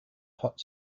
hot